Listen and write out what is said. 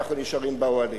אנחנו נשארים באוהלים.